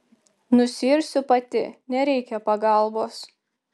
nusiirsiu pati nereikia pagalbos